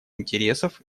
интересов